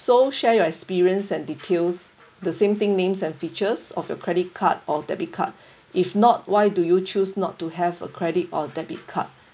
so share your experience and details the same thing names and features of your credit card or debit card if not why do you choose not to have a credit or debit card